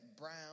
brown